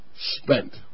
spent